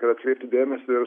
kad atkreiptų dėmesį ir